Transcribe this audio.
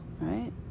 right